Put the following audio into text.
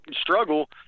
struggle